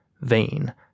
vain